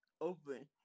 open